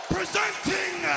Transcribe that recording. Presenting